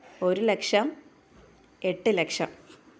ഒരു ലക്ഷം എട്ട് ലക്ഷം